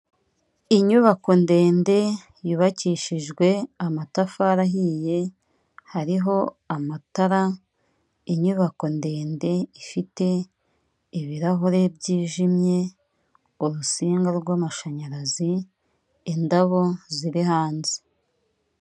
Inyubako ndende yubakishijwe amatafari ahiye, hariho amatara, inyubako ndende ifite ibirahure byijimye, urusinga rw'amashanyarazi, indabo ziri hanze.